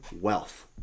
wealth